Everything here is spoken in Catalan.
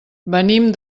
venim